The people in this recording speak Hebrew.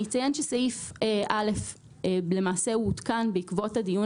אני אציין שסעיף (א) למעשה עודכן בעקבות הדיון